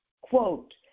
quote